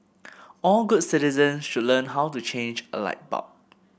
all good citizens should learn how to change a light bulb